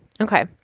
Okay